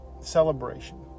celebration